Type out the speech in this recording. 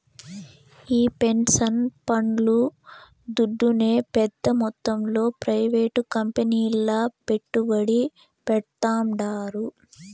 ఈ పెన్సన్ పండ్లు దుడ్డునే పెద్ద మొత్తంలో ప్రైవేట్ కంపెనీల్ల పెట్టుబడి పెడ్తాండారు